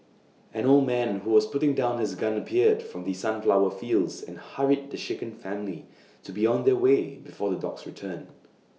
an old man who was putting down his gun appeared from the sunflower fields and hurried the shaken family to be on their way before the dogs return